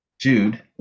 Jude